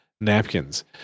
napkins